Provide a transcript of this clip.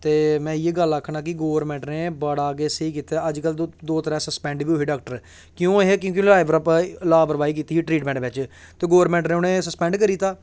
ते में इयै गल्ल आखना कि गौरमैंट ने बड़ा गै स्हेई कीते दा अज्जकल दो त्रै सस्पैंड बी होए दे डाक्टर क्यों अहें कि क्योंकिं लापरवाही लापरवाही कीती ही ट्रीटमैंट बिच्च ते गौरमैंट ने उ'नेंगी सैस्पैंड करी दित्ता